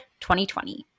2020